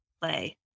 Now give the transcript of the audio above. play